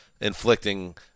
inflicting